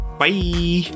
bye